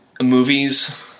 movies